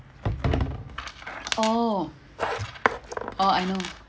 oh oh I know